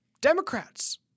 Democrats